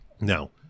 Now